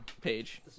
Page